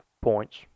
points